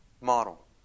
model